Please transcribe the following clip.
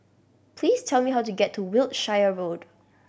please tell me how to get to Wiltshire Road